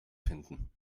finden